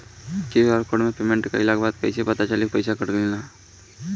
QR code से payment कईला के बाद कईसे पता चली की पैसा कटल की ना?